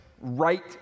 right